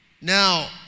Now